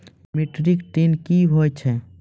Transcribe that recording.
Metric ton कया हैं?